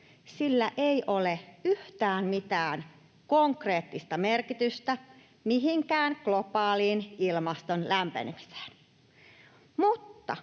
sillä ei ole yhtään mitään konkreettista merkitystä mihinkään globaaliin ilmaston lämpenemiseen — mutta